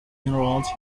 enrolled